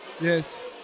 Yes